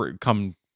come